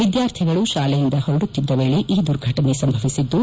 ವಿದ್ನಾರ್ಥಿಗಳು ಶಾಲೆಯಿಂದ ಹೊರಡುತ್ತಿದ್ದ ವೇಳೆ ಈ ದುರ್ಘಟನೆ ಸಂಭವಿಸಿದ್ದು